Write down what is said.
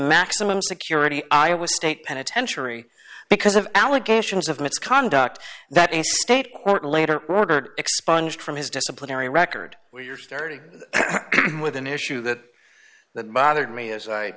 maximum security iowa state penitentiary because of allegations of misconduct that a state court later expunged from his disciplinary record where you're starting with an issue that that bothered me as i